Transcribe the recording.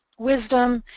wisdom,